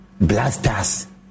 blasters